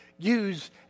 Use